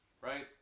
right